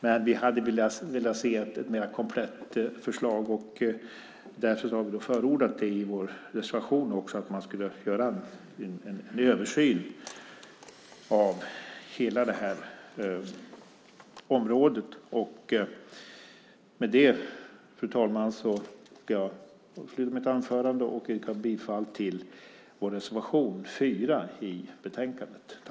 Men vi hade velat se ett mer komplett förslag. Därför har vi förordat i vår reservation att man borde göra en översyn av hela det här området. Med det, fru talman, ska jag avsluta mitt anförande och yrka bifall till vår reservation 4 i betänkandet.